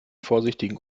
vorsichtigen